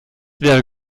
wäre